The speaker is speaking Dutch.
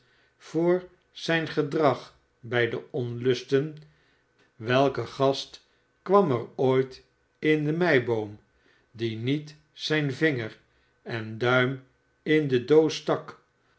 voor zijn gedrag bij de onlusten welke gast kwam er ooit in de meiboom die niet zijn vinger en duim in die doos stak